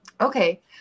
Okay